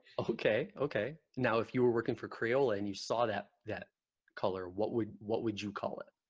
okay okay now if you were working for crayola and you saw that that color what would what would you call it